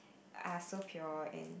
are so pure and